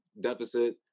deficit